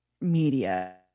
media